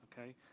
okay